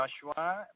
Joshua